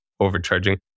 overcharging